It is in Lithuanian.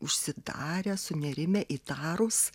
užsidarę sunerimę įtarūs